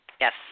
Yes